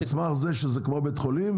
על סמך זה שזה כמו בית חולים,